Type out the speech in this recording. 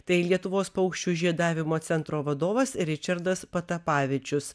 tai lietuvos paukščių žiedavimo centro vadovas ričardas patapavičius